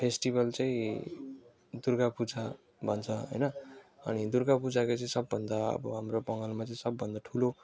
festival चाहिँ दुर्गा पूजा भन्छ होइन अनि दुर्गा पूजाको चाहिँ सबाभन्दा अब हाम्रो बङ्गालमा चाहिँ सबभन्दा ठुलो